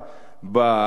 עוד פעם,